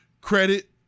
credit